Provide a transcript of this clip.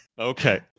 Okay